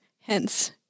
Hence